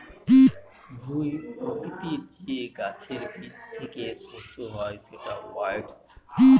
জুঁই প্রকৃতির যে গাছের বীজ থেকে শস্য হয় সেটা ওটস